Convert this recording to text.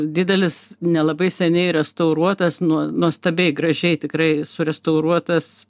didelis nelabai seniai restauruotas nuo nuostabiai gražiai tikrai surestauruotas